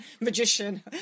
magician